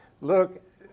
look